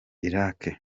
irak